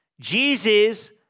Jesus